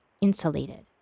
insulated